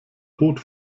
boot